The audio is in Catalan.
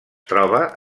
troba